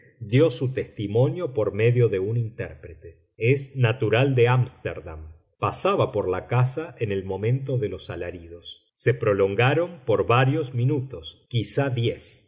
dió su testimonio por medio de un intérprete es natural de ámsterdam pasaba por la casa en el momento de los alaridos se prolongaron por varios minutos quizá diez